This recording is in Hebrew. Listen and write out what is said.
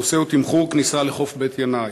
הנושא הוא: תמחור כניסה לחוף בית-ינאי.